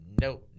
No